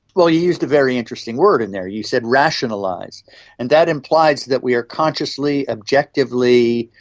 well, you used a very interesting word in there, you said rationalise, and that implies that we are consciously, objectively,